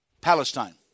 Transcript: Palestine